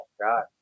god